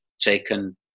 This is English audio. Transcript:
taken